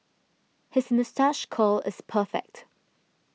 his moustache curl is perfect